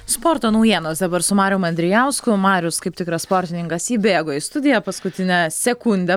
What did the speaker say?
sporto naujienos dabar su marium andrijausku marius kaip tikras sportininkas įbėgo į studiją paskutinę sekundę